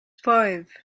five